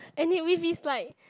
and it with his like